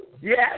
yes